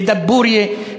בדבורייה,